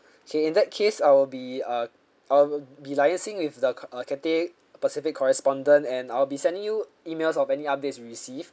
okay in that case I'll be uh I'll be liaising with the uh Cathay Pacific correspondent and I'll be sending you emails of any updates received